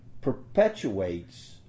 perpetuates